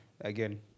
again